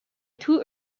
two